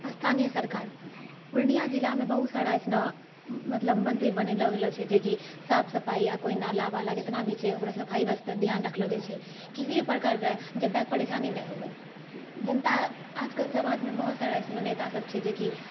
स्थानीय सरकार पूर्णियाँ जिलामे बहुत सारा ऐसनो मतलब मन्त्री बनैलो गेलो छै जेकि साफ सफाइ या कोइ नाल वाला जेतना भी छै ओकरा सफाइ वास्ते ध्यान रखलो जाइ छै किसी भी प्रकारके जनताके परेशानी नहि हुवे जनता आजकल समाजमे बहुत सारा ऐसनो नेतासभ छै जेकि